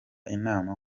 inama